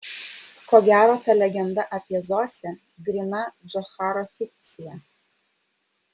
ko gero ta legenda apie zosę gryna džocharo fikcija